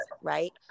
right